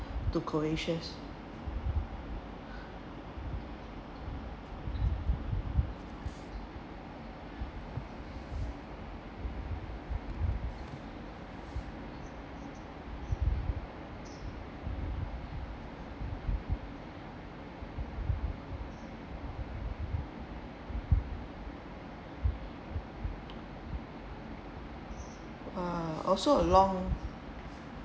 to uh also a long